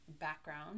background